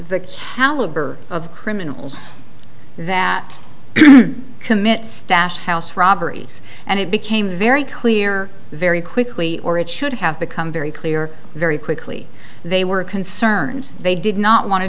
the caliber of criminals that commit stash house robberies and it became very clear very quickly or it should have become very clear very quickly they were concerned they did not want to